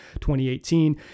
2018